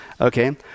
Okay